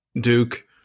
Duke